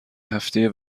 هفته